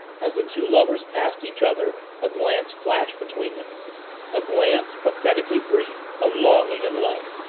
as the two lovers passed each other a glance flashed between them a glance, pathetically brief, of longing and love.